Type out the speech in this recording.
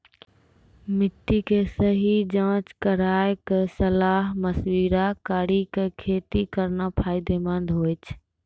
मिट्टी के सही जांच कराय क सलाह मशविरा कारी कॅ खेती करना फायदेमंद होय छै